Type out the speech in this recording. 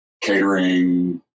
catering